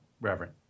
Reverend